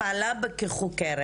פעלה בה כחוקרת,